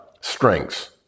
strengths